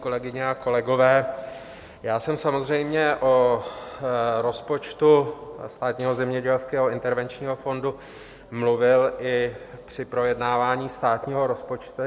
Kolegyně a kolegové, já jsem samozřejmě o rozpočtu Státního zemědělského intervenčního fondu mluvil i při projednávání státního rozpočtu,